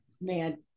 man